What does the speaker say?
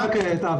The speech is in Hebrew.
כן.